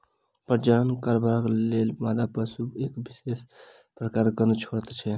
प्रजनन करबाक लेल मादा पशु एक विशेष प्रकारक गंध छोड़ैत छै